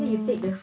mm